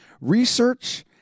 research